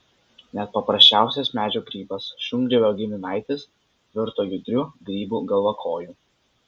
net paprasčiausias medžio grybas šungrybio giminaitis virto judriu grybu galvakoju